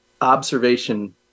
observation